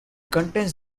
contains